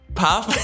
puff